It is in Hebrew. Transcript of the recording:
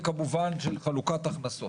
וכמובן של חלוקת הכנסות.